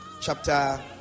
chapter